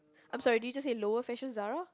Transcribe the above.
I'm sorry do you just said lower fashion Zara